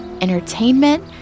entertainment